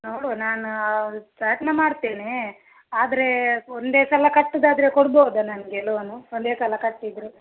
ನೋಡುವ ನಾನು ಪ್ರಯತ್ನ ಮಾಡ್ತೇನೆ ಆದರೆ ಒಂದೇ ಸಲ ಕಟ್ಟುದಾದರೆ ಕೊಡ್ಬೌದಾ ನನಗೆ ಲೋನು ಒಂದೇ ಸಲ ಕಟ್ಟಿದರೆ